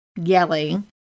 yelling